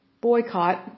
boycott